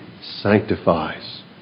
sanctifies